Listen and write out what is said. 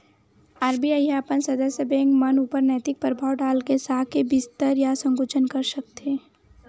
RBI ह अपन सदस्य बेंक मन ऊपर नैतिक परभाव डाल के साख के बिस्तार या संकुचन कर सकथे